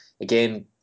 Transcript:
again